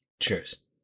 Cheers